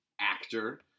actor